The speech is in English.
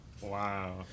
Wow